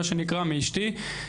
מה שנקרא מאשתי.